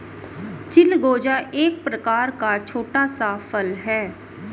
चिलगोजा एक प्रकार का छोटा सा फल है